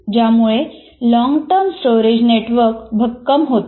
यामुळे long term storage network भक्कम होतात